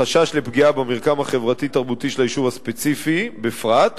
חשש לפגיעה במרקם החברתי-תרבותי של היישוב הספציפי בפרט,